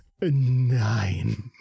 nine